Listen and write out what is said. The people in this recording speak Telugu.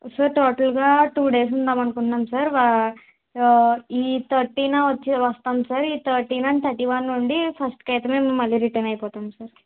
సార్ టోటల్గా టూ డేస్ ఉందామనుకుంటున్నాము సార్ వ ఈ థర్టీన వచ్చి వస్తాము సార్ ఈ థర్టీన థర్టీ వన్ నుండి ఫస్ట్కైతే మళ్ళీ మేము రిటర్న్ అయిపోతాము సార్